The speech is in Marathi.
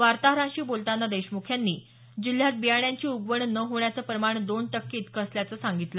वार्ताहरांशी बोलतांना देशमुख यांनी जिल्ह्यात बियाणांची उगवणं न होण्याचं प्रमाण दोन टक्के इतकं असल्याचं सांगितलं